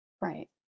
Right